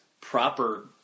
proper